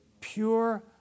Pure